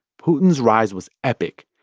putin's rise was epic.